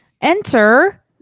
enter